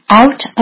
out